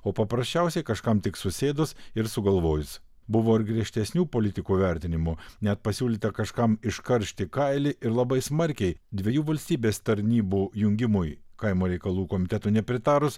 o paprasčiausiai kažkam tik susėdus ir sugalvojus buvo ir griežtesnių politikų vertinimų net pasiūlyta kažkam iškaršti kailį ir labai smarkiai dviejų valstybės tarnybų jungimui kaimo reikalų komitetui nepritarus